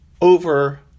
over